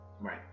Right